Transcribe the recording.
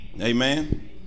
Amen